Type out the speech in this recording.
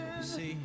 See